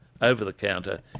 over-the-counter